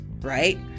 right